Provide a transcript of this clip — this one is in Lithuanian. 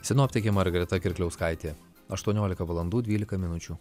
sinoptikė margarita kirkliauskaitė aštuoniolika valandų dvylika minučių